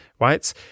right